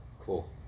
cool